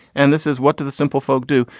and this is what do the simple folk do?